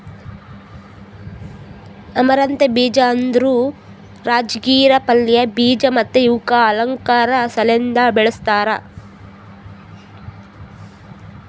amaranth ಬೀಜ ಅಂದುರ್ ರಾಜಗಿರಾ ಪಲ್ಯ, ಬೀಜ ಮತ್ತ ಇವುಕ್ ಅಲಂಕಾರ್ ಸಲೆಂದ್ ಬೆಳಸ್ತಾರ್